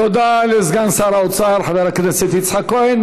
תודה לסגן שר האוצר, חבר הכנסת יצחק כהן.